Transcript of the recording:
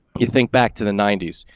you think back to the nineties,